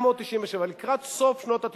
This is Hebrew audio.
ב-1997, לקראת סוף שנות ה-90,